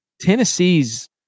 Tennessee's